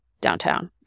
downtown